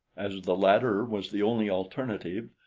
as the ladder was the only alternative,